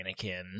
Anakin